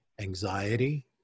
anxiety